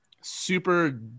super